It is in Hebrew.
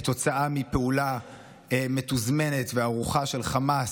כתוצאה מפעולה מתוזמנת וערוכה של חמאס,